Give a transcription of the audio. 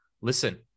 listen